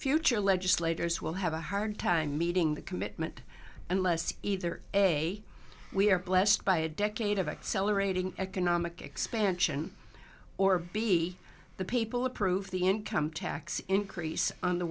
future legislators will have a hard time meeting the commitment unless either a we are blessed by a decade of accelerating economic expansion or be the people approve the income tax increase on the